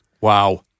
Wow